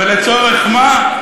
ולצורך מה?